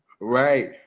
Right